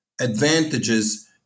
advantages